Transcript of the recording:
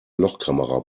lochkamera